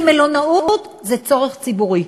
מלונאות זה צורך ציבורי.